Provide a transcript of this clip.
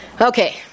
Okay